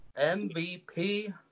MVP